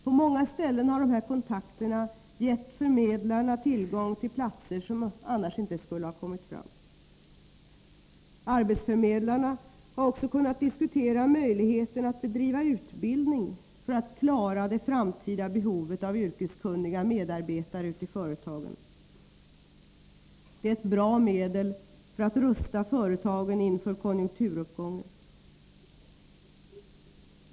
På många ställen har dessa kontakter gett förmedlarna tillgång till platser som annars inte skulle ha kommit fram. Arbetsförmedlarna har också kunnat diskutera möjligheterna att bedriva utbildning för att klara det framtida behovet av yrkeskunniga medarbetare i företagen. Det är ett bra medel för att rusta företagen inför konjunkturuppgången.